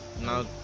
now